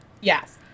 Yes